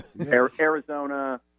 Arizona